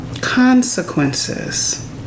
Consequences